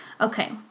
Okay